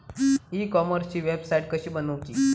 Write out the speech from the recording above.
E कॉमर्सची website कशी बनवची?